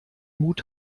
mut